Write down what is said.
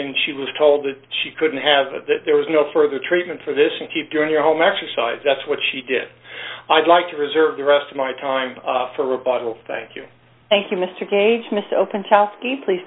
and she was told that she couldn't have it that there was no further treatment for this and she during their home exercise that's what she did i'd like to reserve the rest of my time for a bottle thank you